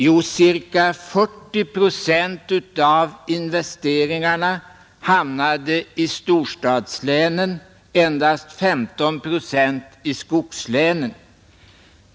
Jo, ca 40 procent av investeringarna hamnade i storstadslänen och endast 15 procent i skogslänen.